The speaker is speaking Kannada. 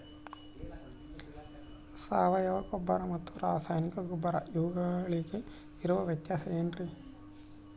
ಸಾವಯವ ಗೊಬ್ಬರ ಮತ್ತು ರಾಸಾಯನಿಕ ಗೊಬ್ಬರ ಇವುಗಳಿಗೆ ಇರುವ ವ್ಯತ್ಯಾಸ ಏನ್ರಿ?